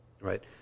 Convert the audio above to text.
right